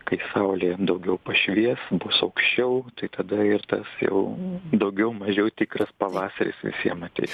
kai saulė daugiau pašvies bus aukščiau tai tada ir tas jau daugiau mažiau tikras pavasaris visiem ateis